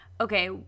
Okay